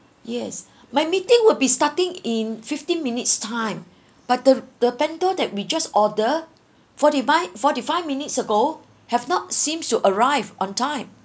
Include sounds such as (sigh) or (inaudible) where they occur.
yes (breath) my meeting will be starting in fifteen minutes time but the the bento that we just order forty five forty five minutes ago (breath) have not seems to arrive on time